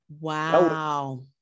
Wow